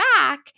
back